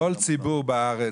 כל ציבור בארץ,